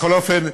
בכל אופן,